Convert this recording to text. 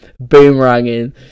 boomeranging